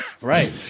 Right